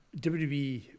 WWE